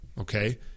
okay